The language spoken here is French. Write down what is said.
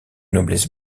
noblesse